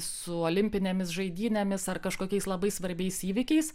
su olimpinėmis žaidynėmis ar kažkokiais labai svarbiais įvykiais